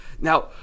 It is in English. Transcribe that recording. Now